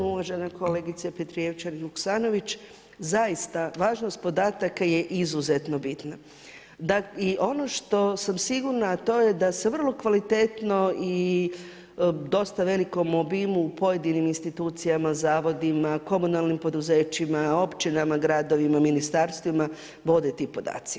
Uvažena kolegice Petrijevčanin-Vuksanović, zaista važnost podataka je izuzetno bitna i ono što sam sigurna, a to je da se vrlo kvalitetno i u dosta velikom obimu u pojedinim institucijama, zavodima, komunalnim poduzećima, općinama, gradovima, ministarstvima vode ti podati.